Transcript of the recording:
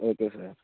okay sir